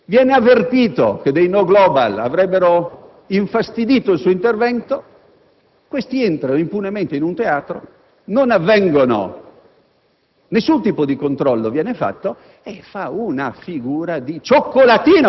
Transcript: Lo abbino ad un altro evento che non può essere casuale: due giorni fa il presidente del Consiglio Prodi si trova a Trento, in un teatro dove recita la sua parte,